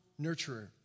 nurturer